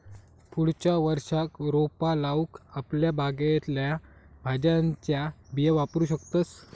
पुढच्या वर्षाक रोपा लाऊक आपल्या बागेतल्या भाज्यांच्या बिया वापरू शकतंस